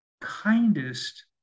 kindest